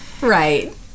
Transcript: right